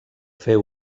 fer